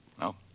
No